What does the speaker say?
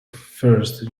first